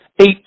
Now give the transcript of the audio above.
eight